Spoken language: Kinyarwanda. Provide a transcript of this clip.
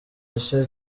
gishya